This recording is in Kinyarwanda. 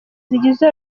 zigize